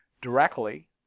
directly